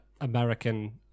American